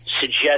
suggest